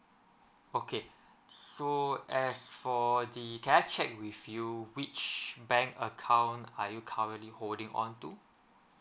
okay so as for the can I check with you which bank account are you currently holding on to